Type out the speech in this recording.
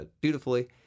beautifully